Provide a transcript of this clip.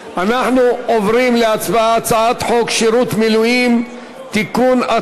אנחנו עוברים להצבעה על הצעת חוק שירות מילואים (תיקון,